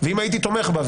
ואם הייתי תומך בה,